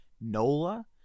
NOLA